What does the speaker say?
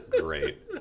great